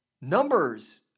numbers